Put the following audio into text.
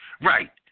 Right